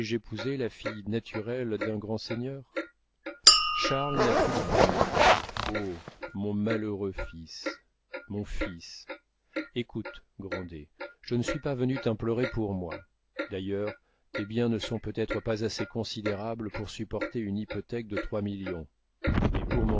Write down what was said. épousé la fille naturelle d'un grand seigneur charles n'a plus de famille o mon malheureux fils mon fils écoute grandet je ne suis pas venu t'implorer pour moi d'ailleurs tes biens ne sont peut-être pas assez considérables pour supporter une hypothèque de trois millions mais pour mon